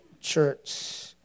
church